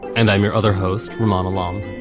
and i'm your other host, remon alum,